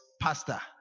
Pastor